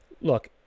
look